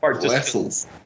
vessels